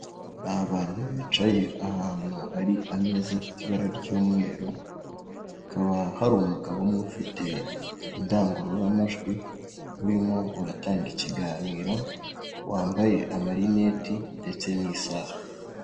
Ni abantu bicaye ahantu hari ameza afite ibara ry'umweru, hakaba hari umugabo umwe ufite indangururamajwi, urimo uratanga ikiganiro wambaye amarineti ndetse n'isaha.